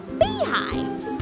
beehives